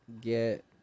get